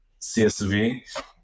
CSV